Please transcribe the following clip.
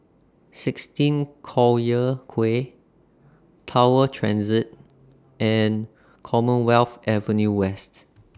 sixteen Collyer Quay Tower Transit and Commonwealth Avenue West